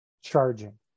charging